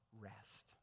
rest